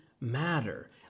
matter